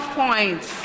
points